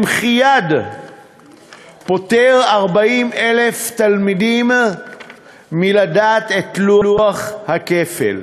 במחי יד פוטר 40,000 תלמידים מלדעת את לוח הכפל.